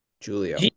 Julio